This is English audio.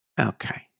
Okay